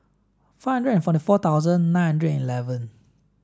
five hundred and forty four thousand nine hundred and eleven